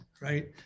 right